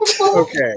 Okay